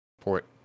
port